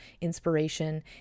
inspiration